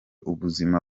ubuzima